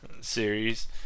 series